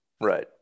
right